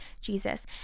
Jesus